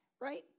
right